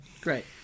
Great